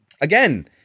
Again